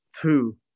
two